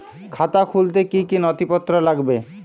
খাতা খুলতে কি কি নথিপত্র লাগবে?